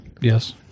Yes